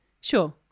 Sure